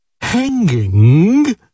Hanging